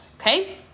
okay